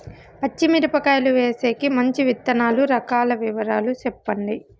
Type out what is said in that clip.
పచ్చి మిరపకాయలు వేసేకి మంచి విత్తనాలు రకాల వివరాలు చెప్పండి?